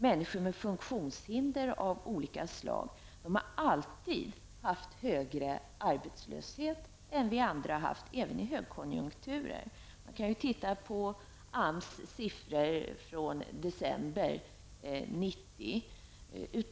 Människor med funktionshinder av något slag har alltid haft högre arbetslöshet än vi andra, även i högkonjunkturer. Man kan se på AMS siffror från december 1990.